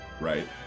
right